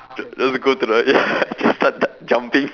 j~ just go the ya just started jumping